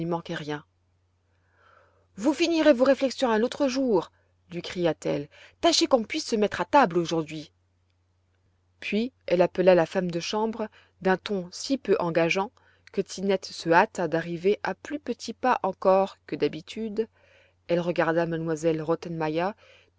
manquait rien vous finirez vos réflexions un autre jour lui cria-t-elle tâchez qu'on puisse se mettre à table aujourd'hui puis elle appela la femme de chambre d'un ton si peu engageant que tinette se hâta d'arriver à plus petits pas encore que d'habitude elle regarda m